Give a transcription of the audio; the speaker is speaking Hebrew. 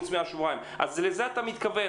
אז לזה אתה מתכוון.